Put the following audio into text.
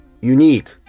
unique